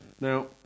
Now